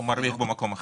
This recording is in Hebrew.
הוא מרוויח במקום אחר.